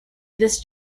this